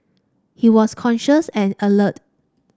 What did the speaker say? he was conscious and alert